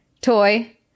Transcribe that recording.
toy